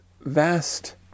vast